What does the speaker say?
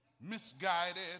misguided